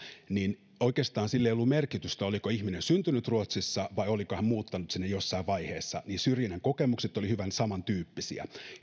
niin oikeastaan sillä ei ollut merkitystä oliko ihminen syntynyt ruotsissa vai oliko hän muuttanut sinne jossain vaiheessa syrjinnän kokemukset olivat hyvin samantyyppisiä